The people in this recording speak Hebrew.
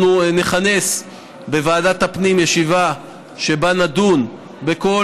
אנחנו נכנס בוועדת הפנים ישיבה ובה נדון בכל